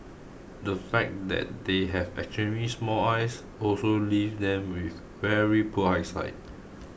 the fact that they have extremely small eyes also leaves them with very poor eyesight